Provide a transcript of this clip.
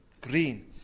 green